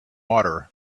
water